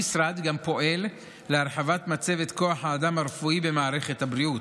המשרד גם פועל להרחבת מצבת כוח האדם הרפואי במערכת הבריאות.